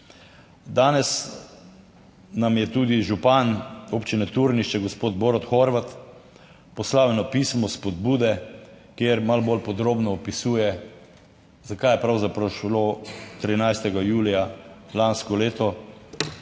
Danes, nam je tudi župan Občine Turnišče, gospod Borut Horvat poslal eno pismo spodbude, kjer malo bolj podrobno opisuje za kaj je pravzaprav šlo 13. julija lansko leto.